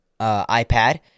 iPad